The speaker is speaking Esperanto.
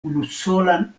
unusolan